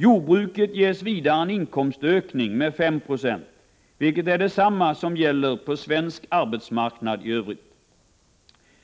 Jordbruket ges vidare en inkomstökning med 5 96, vilket är detsamma som gäller för svensk arbetsmarknad i övrigt.